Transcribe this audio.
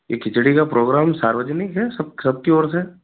ये खिचड़ी का प्रोग्राम सार्वजनिक है सब सब की ओर से